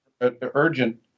urgent